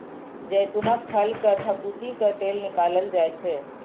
जैतूनक फल कें थकुचि कें तेल निकालल जाइ छै